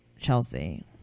chelsea